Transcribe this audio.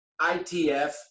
ITF